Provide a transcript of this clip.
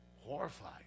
horrified